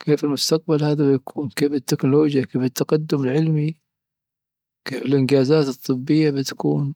كيف المستقبل هذا بيكون كيف التكنولوجيا كيف التقدم العلمي كيف الانجازات الطبية بتكون.